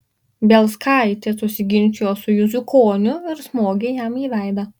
bielskaitė susiginčijo su juzukoniu ir smogė jam į veidą